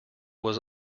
was